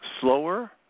slower